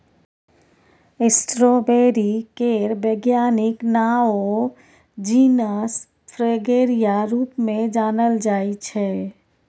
strawberry केर बैज्ञानिक नाओ जिनस फ्रेगेरिया रुप मे जानल जाइ छै